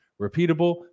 repeatable